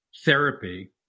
therapy